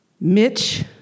Mitch